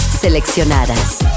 seleccionadas